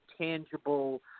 tangible